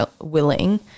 willing